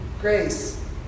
grace